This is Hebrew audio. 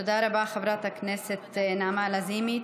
תודה רבה, חברת הכנסת נעמה לזימי.